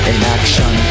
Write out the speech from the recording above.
Inaction